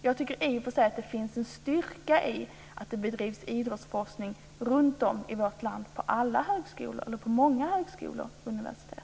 Jag tycker att det i och för sig finns en styrka i att det bedrivs idrottsforskning runtom i vårt land på många högskolor och universitet.